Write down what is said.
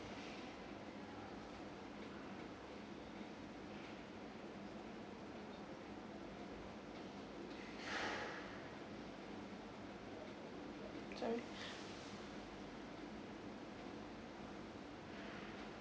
sorry